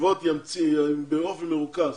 הישיבות באופן מרוכז